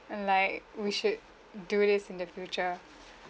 and like we should do this in the future